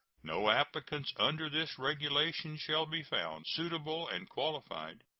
no applicants under this regulation shall be found suitable and qualified,